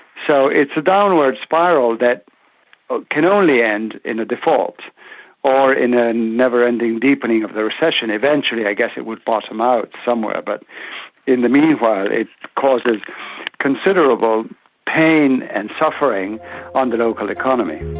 so it's a downward spiral that can only end in a default or in a never-ending deepening of the recession. eventually i guess it would bottom out somewhere, but in the meanwhile it causes considerable pain and suffering on the local economy.